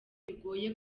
bigoye